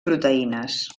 proteïnes